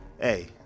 Hey